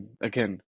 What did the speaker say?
again